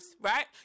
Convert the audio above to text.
right